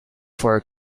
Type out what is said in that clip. for